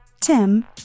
Tim